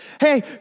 Hey